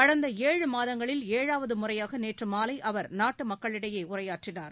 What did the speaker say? கடந்த ஏழு மாதங்களில் ஏழாவது முறையாக நேற்று மாலை அவர் நாட்டு மக்களிடையே உரையாற்றினார்